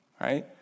right